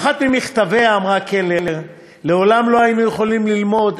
באחד ממכתביה אמרה קלר: "לעולם לא היינו יכולים ללמוד